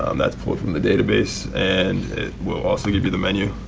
um that's pulled from the database. and it will also give you the menu.